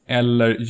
eller